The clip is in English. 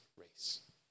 race